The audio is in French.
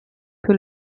que